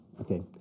Okay